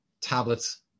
tablets